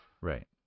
Right